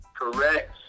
Correct